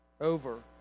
over